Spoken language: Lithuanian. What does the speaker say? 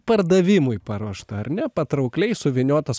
pardavimui paruošta ar ne patraukliai suvyniotas